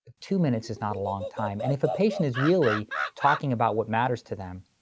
two minutes is not a long time. and if a patient is really talking about what matters to them,